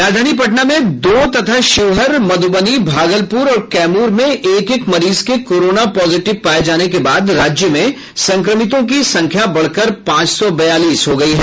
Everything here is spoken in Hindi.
राजधानी पटना में दो तथा शिवहर मध्रबनी भागलपूर और कैमूर में एक एक मरीज के कोरोना पॉजिटिव पाये जाने के बाद राज्य में संक्रमितों की संख्या बढ़कर पांच सौ बयालीस हो गई है